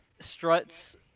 Struts